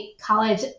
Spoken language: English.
college